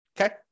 Okay